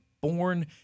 born